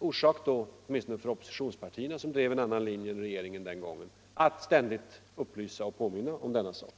finns det anledning för oppositionspartierna, som den gången drev en annan linje än regeringen, att ständigt upplysa och påminna om denna sak.